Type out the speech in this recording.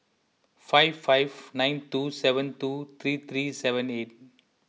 five five nine two seven two three three seven eight